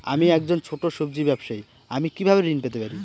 আমি একজন ছোট সব্জি ব্যবসায়ী আমি কিভাবে ঋণ পেতে পারি?